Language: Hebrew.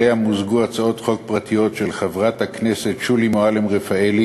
שאליה מוזגו הצעות חוק פרטיות של חברת הכנסת שולי מועלם-רפאלי,